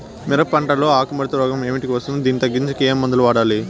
మిరప పంట లో ఆకు ముడత రోగం ఏమిటికి వస్తుంది, దీన్ని తగ్గించేకి ఏమి మందులు వాడాలి?